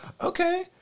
Okay